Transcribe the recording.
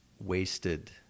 wasted